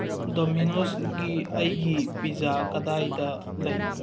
ꯗꯣꯃꯤꯅꯣꯁꯒꯤ ꯑꯩꯒꯤ ꯄꯤꯖꯥ ꯀꯗꯥꯏꯗ ꯂꯩ